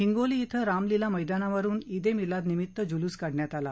हिंगोली ध्वे रामलीला मैदानावरून ईद ए मिलादनिमित्त जुलूस काढण्यात आला